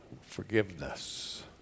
forgiveness